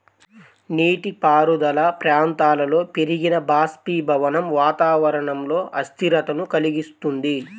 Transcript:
నీటిపారుదల ప్రాంతాలలో పెరిగిన బాష్పీభవనం వాతావరణంలో అస్థిరతను కలిగిస్తుంది